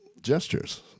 gestures